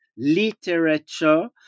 Literature